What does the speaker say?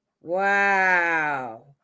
Wow